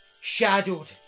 shadowed